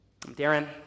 Darren